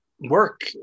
work